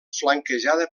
flanquejada